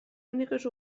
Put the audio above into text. úniques